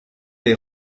les